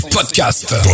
podcast